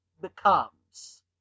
becomes